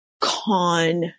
con